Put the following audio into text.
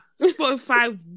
Spotify